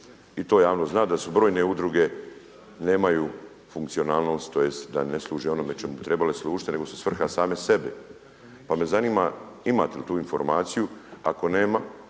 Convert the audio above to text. i to javnost zna da su brojne udruge nemaju funkcionalnost tj. da ne služe onome čemu bi trebale služiti nego su svrha same sebi, pa me zanima imate li tu informaciju. Ako nema